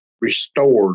restored